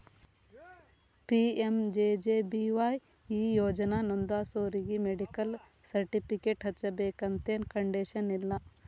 PMJJBY ಈ ಯೋಜನಾ ನೋಂದಾಸೋರಿಗಿ ಮೆಡಿಕಲ್ ಸರ್ಟಿಫಿಕೇಟ್ ಹಚ್ಚಬೇಕಂತೆನ್ ಕಂಡೇಶನ್ ಇಲ್ಲ